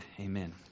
Amen